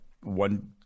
one